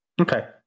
Okay